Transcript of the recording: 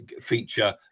feature